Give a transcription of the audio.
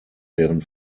deren